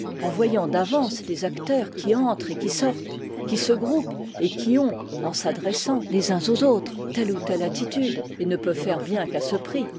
en voyant d'avance les acteurs qui entrent et qui sortent qui se groupent et qui ont en s'adressant les uns aux autres telle ou telle attitude et ne peut faire bien qu'à ce prix